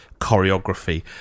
Choreography